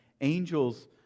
angels